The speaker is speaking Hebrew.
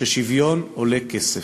ששוויון עולה כסף,